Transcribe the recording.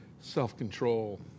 self-control